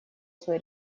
свой